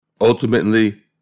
Ultimately